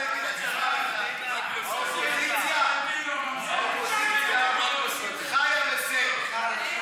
האופוזיציה חיה בסרט.